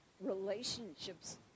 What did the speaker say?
relationships